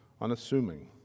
unassuming